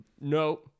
no